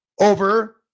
over